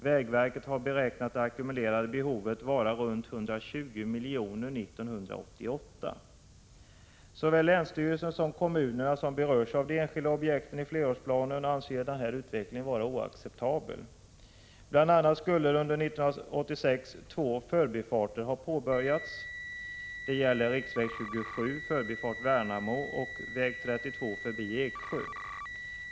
Vägverket har beräknat det ackumulerade behovet vara i runt tal 120 milj.kr. 1988. Såväl länsstyrelsen som de kommuner som berörs av de enskilda objekten i flerårsplanen anser den här utvecklingen vara oacceptabel. Bl.a. skulle under 1986 två förbifarter ha påbörjats. Det gäller riksväg 27, förbifart Värnamo, och väg 32 förbi Eksjö.